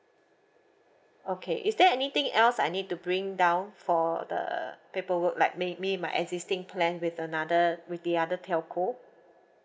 okay is there anything else I need to bring down for the paper work like maybe my existing plan with another with the other telco